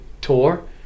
tour